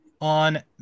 On